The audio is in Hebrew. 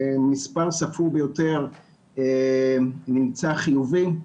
מספר ספור ביותר נמצא חיובי,